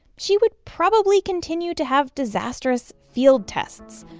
she would probably continue to have disastrous field tests.